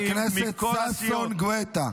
חבר הכנסת ששון גואטה.